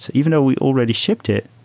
even though we already shipped it,